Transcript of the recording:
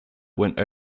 went